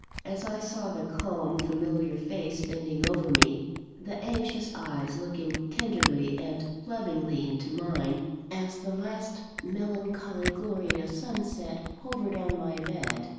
as i saw the calm, familiar face bending over me the anxious eyes looking tenderly and lovingly into mine as the last melancholy glory of sunset hovered on my bed,